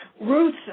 Ruth